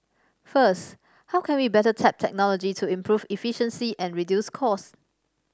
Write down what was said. first how can we better tap technology to improve efficiency and reduce cost